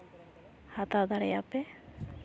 ᱦᱟᱛᱟᱣ ᱫᱟᱲᱮᱭᱟᱜ ᱟᱯᱮ